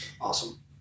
awesome